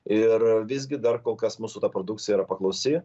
ir visgi dar kol kas mūsų ta produkcija yra paklausi